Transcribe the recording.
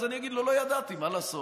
אז אני אגיד לו: לא ידעתי, מה לעשות?